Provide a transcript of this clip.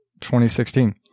2016